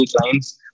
client's